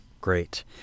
Great